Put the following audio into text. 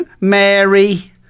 Mary